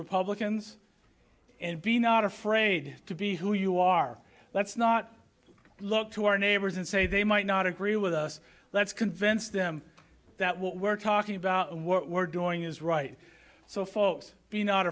republicans and be not afraid to be who you are let's not look to our neighbors and say they might not agree with us let's convince them that what we're talking about what we're doing is right so f